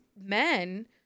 men